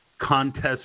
contest